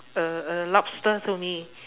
uh a lobster to me